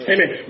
Amen